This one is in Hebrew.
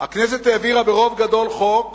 הכנסת העבירה ברוב גדול חוק